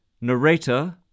narrator